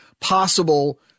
possible